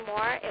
More